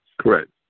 Correct